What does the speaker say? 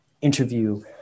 interview